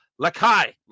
Lakai